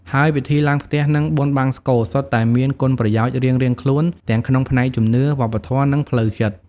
ហើយពិធីឡើងផ្ទះ និងបុណ្យបង្សុកូល សុទ្ធតែមានគុណប្រយោជន៍រៀងៗខ្លួន ទាំងក្នុងផ្នែកជំនឿ វប្បធម៌ និងផ្លូវចិត្ត។